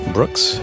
Brooks